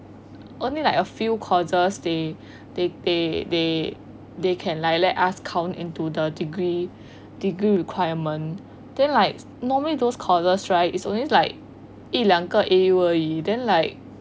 only like a few courses they they they they they can like let us count into the degree degree requirement then like normally those courses right it's always like 一个两个 A_U 而已 then like